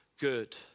good